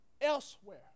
elsewhere